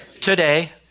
Today